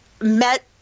met